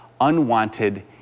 unwanted